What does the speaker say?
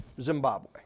Zimbabwe